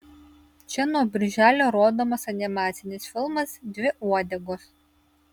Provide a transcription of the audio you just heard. čia nuo birželio rodomas animacinis filmas dvi uodegos